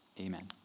Amen